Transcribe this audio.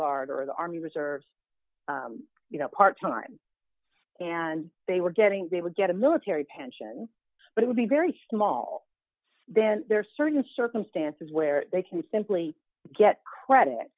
guard or the army reserves you know part time and they were getting they would get a military pension but would be very small then there are certain circumstances where they can simply get credit